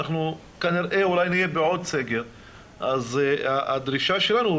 אנחנו כנראה אולי נהיה בעוד סגר והדרישה שלנו היא